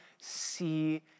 see